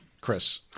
Chris